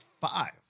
five